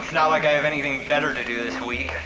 not like i have anything better to do this week.